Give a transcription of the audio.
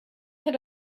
had